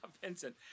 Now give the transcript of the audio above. Vincent –